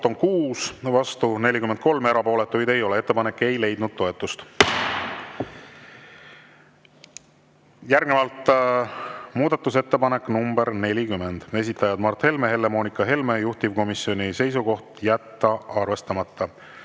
on 6, vastu 49, erapooletuid ei ole. Ettepanek ei leidnud toetust. Järgnevalt muudatusettepanek nr 17, esitajad Mart Helme ja Helle-Moonika Helme, juhtivkomisjoni seisukoht on jätta arvestamata.